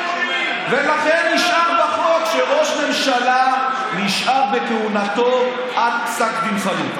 ולכן נשאר בחוק שראש ממשלה נשאר בכהונתו עד פסק דין חלוט.